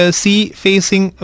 sea-facing